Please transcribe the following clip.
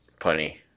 punny